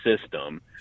system